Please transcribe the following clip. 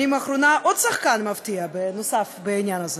האחרונה עוד שחקן מפתיע נוסף בעניין הזה: